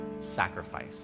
sacrifice